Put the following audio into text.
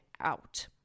out